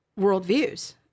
worldviews